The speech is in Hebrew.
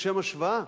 לשם השוואה,